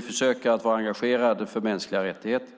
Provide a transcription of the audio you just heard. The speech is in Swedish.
försöker vara engagerade överallt för mänskliga rättigheter.